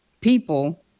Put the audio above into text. people